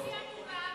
הם תוקצבו לפי המוכר עד